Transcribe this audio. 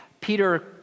Peter